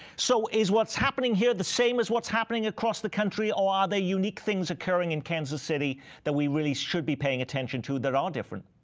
so is what's happening here the same as what's happening across the country, or are they unique things occurring in kansas city that we really should be paying attention to that are different?